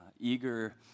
eager